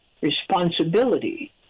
responsibility